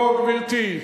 לא, גברתי,